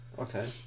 Okay